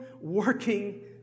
working